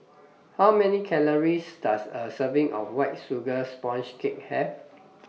How Many Calories Does A Serving of White Sugar Sponge Cake Have